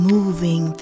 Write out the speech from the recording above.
Moving